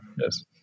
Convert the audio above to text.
Yes